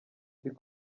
ndi